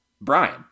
Brian